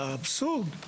האבסורד הוא